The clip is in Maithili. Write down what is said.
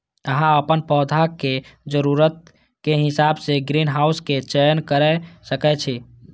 अहां अपन पौधाक जरूरत के हिसाब सं ग्रीनहाउस के चयन कैर सकै छी